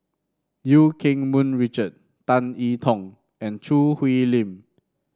Eu Keng Mun Richard Tan I Tong and Choo Hwee Lim